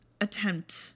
attempt